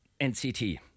NCT